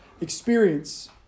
experience